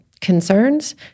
concerns